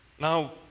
now